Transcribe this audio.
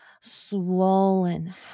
swollen